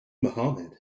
mohamed